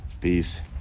Peace